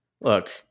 look